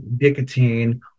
nicotine